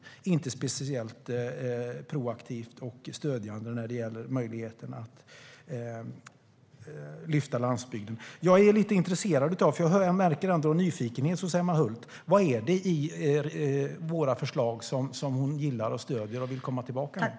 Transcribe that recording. Det är inte speciellt proaktivt och stödjande när det handlar om möjligheterna att lyfta landsbygden. Jag är lite intresserad av detta, för jag märker ändå en nyfikenhet hos Emma Hult: Vad är det i våra förslag som hon gillar och stöder och vill komma tillbaka till?